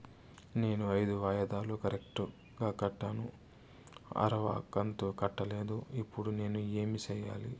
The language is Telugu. నేను ఐదు వాయిదాలు కరెక్టు గా కట్టాను, ఆరవ కంతు కట్టలేదు, ఇప్పుడు నేను ఏమి సెయ్యాలి?